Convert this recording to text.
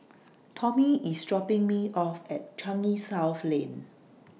Tommy IS dropping Me off At Changi South Lane